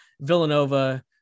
Villanova